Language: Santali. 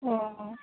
ᱚᱻ